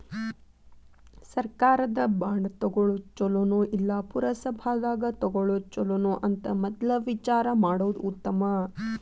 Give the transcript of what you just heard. ಸರ್ಕಾರದ ಬಾಂಡ ತುಗೊಳುದ ಚುಲೊನೊ, ಇಲ್ಲಾ ಪುರಸಭಾದಾಗ ತಗೊಳೊದ ಚುಲೊನೊ ಅಂತ ಮದ್ಲ ವಿಚಾರಾ ಮಾಡುದ ಉತ್ತಮಾ